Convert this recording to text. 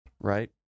right